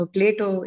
Plato